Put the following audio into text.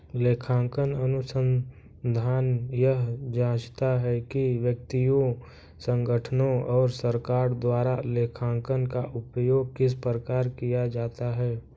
लेखांकन अनुसंधान यह जाँचता है कि व्यक्तियों संगठनों और सरकार द्वारा लेखांकन का उपयोग किस प्रकार किया जाता है